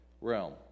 realm